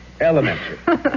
Elementary